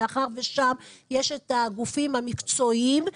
מאחר ושם יש את הגופים המקצועיים.